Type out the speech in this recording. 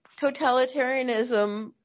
totalitarianism